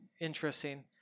interesting